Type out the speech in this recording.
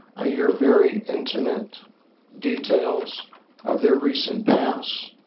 i hear very intimate details of their recent past,